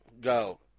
go